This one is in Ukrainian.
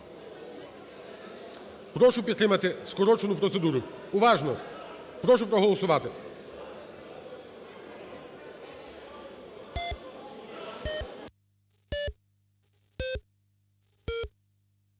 Прошу підтримати скорочену процедуру. Уважно! Прошу проголосувати.